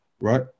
right